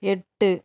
எட்டு